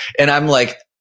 and i'm like,